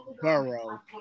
borough